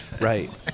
right